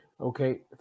Okay